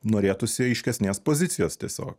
norėtųsi aiškesnės pozicijos tiesiog